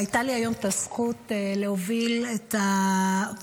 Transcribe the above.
היום הייתה לי הזכות להוביל את הוועדה